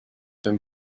been